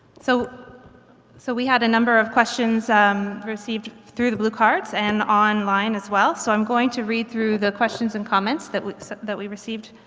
so so we had a number of questions um received through the blue cards and online as well so i'm going to read through the questions and comments that we that we received,